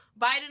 Biden